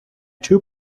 too